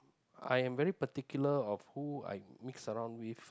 I am very particular of who I mix around with